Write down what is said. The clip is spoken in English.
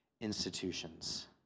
institutions